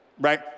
right